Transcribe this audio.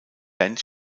band